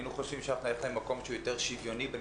היינו חושבים שאנחנו נלך למקום שהוא יותר שוויוני בין